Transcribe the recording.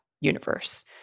universe